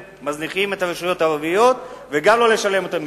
מזניחה את הרשויות הערביות וגם לא לשלם את המסים.